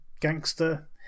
gangster